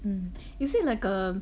mm is it like um